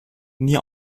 nie